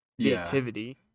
creativity